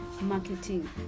marketing